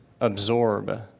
absorb